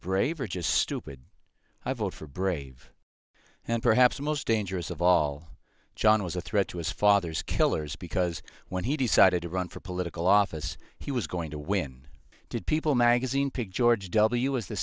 brave or just stupid i vote for brave and perhaps most dangerous of all john was a threat to his father's killers because when he decided to run for political office he was going to win did people magazine pick george w as the